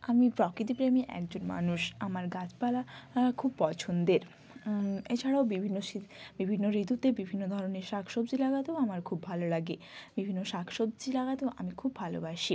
আমি প্রকৃতিপ্রেমী একজন মানুষ আমার গাছপালা খুব পছন্দের এছাড়াও বিভিন্ন শি বিভিন্ন ঋতুতে বিভিন্ন ধরনের শাক সবজি লাগাতেও আমার খুব ভালো লাগে বিভিন্ন শাক সবজি লাগাতেও আমি খুব ভালোবাসি